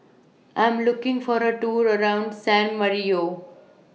I Am looking For A Tour around San Marino